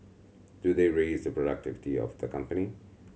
do they raise the productivity of the company